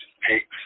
pigs